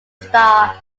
star